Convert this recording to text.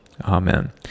Amen